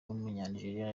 w’umunyanigeriya